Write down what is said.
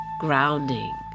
grounding